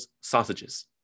sausages